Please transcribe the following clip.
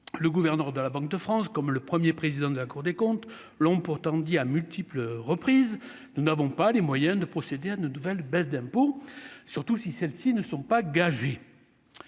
le gouverneur de la Banque de France, comme le 1er président de la Cour des comptes, l'ont pourtant dit à multiples reprises, nous n'avons pas les moyens de procéder à de de nouvelles baisses d'impôts, surtout si celles-ci ne sont pas gagées je